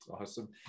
awesome